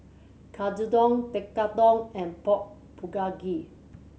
Katsudon Tekkadon and Pork Bulgogi